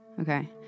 Okay